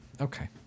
Okay